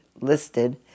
listed